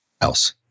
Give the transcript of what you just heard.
else